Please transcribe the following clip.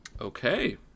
Okay